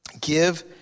Give